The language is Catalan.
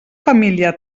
família